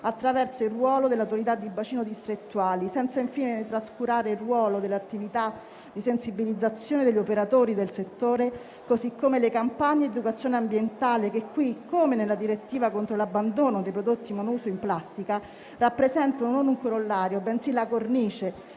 attraverso il ruolo delle autorità di bacino distrettuali; senza infine trascurare il ruolo dell'attività di sensibilizzazione degli operatori del settore, così come le campagne di educazione ambientale che qui - come nella direttiva contro l'abbandono dei prodotti monouso in plastica - rappresenta non un corollario, bensì la cornice